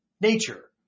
nature